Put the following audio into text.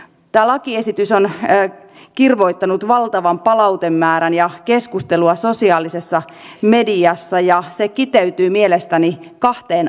tämä lakiesitys on kirvoittanut valtavan palautemäärän ja keskustelua sosiaalisessa mediassa ja se kiteytyy mielestäni kahteen asiaan